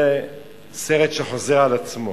זה סרט שחוזר על עצמו.